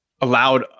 allowed